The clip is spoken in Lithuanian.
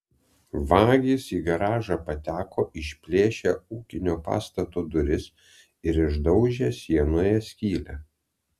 vagys į garažą pateko išplėšę ūkinio pastato duris ir išdaužę sienoje skylę